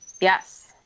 Yes